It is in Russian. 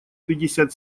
пятьдесят